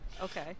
Okay